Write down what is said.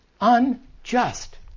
unjust